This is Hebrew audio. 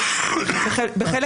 בחלק